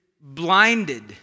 blinded